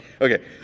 Okay